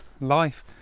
life